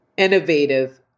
Innovative